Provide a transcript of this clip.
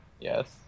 Yes